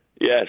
Yes